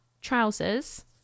trousers